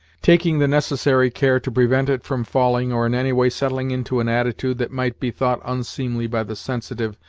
taking the necessary care to prevent it from falling or in any way settling into an attitude that might be thought unseemly by the sensitive,